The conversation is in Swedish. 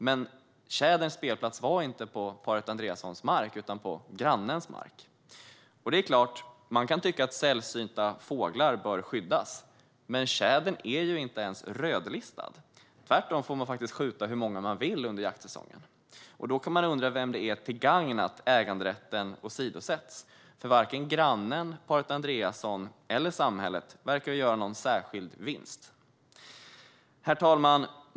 Men tjäderns spelplats var inte på paret Andreassons mark utan på grannens mark. Det är klart att man kan tycka att sällsynta fåglar bör skyddas, men tjädern är inte ens rödlistad. Tvärtom får man faktiskt skjuta hur många man vill under jaktsäsongen. Då kan man undra vem det är till gagn att äganderätten åsidosätts, för varken grannen, paret Andreasson eller samhället verkar göra någon särskild vinst. Herr talman!